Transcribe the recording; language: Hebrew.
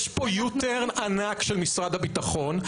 יש פה u turn ענק של משרד הביטחון.